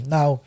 Now